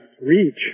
reach